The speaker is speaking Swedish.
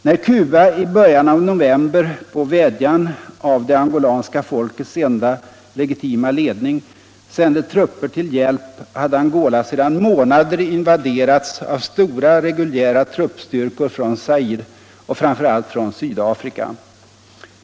När Cuba I början av november 1973 på vädjan av det angolanska folkets legitima ledning sände trupper till hjälp hade Angola sedan månader invaderats av stora reguljära truppstyrkor från Zaire och framför allt från Svdafrika.